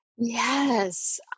Yes